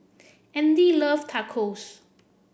Andy love Tacos